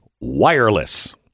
wireless